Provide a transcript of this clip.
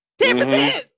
10%